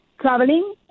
Traveling